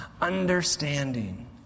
Understanding